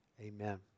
Amen